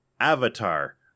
Avatar